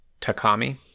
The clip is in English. takami